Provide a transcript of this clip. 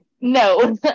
no